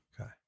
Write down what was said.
okay